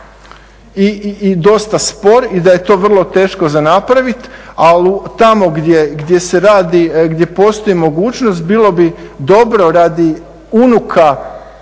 i dosta spor i da je to vrlo teško za napraviti, ali tamo gdje postoji mogućnost bilo bi dobro radi unuka,